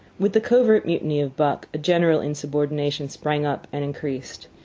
with the covert mutiny of buck, a general insubordination sprang up and increased.